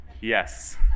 Yes